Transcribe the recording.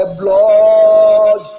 blood